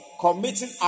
committing